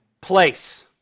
place